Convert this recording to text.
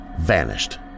vanished